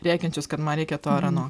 rėkiančius kad man reikia to ar ano